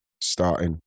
starting